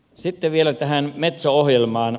sitten vielä tähän metso ohjelmaan